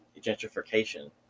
gentrification